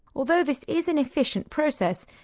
although this is an efficient process,